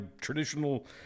traditional